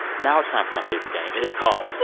now it's time for my favorite game. and it's called.